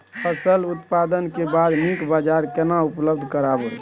फसल उत्पादन के बाद नीक बाजार केना उपलब्ध कराबै?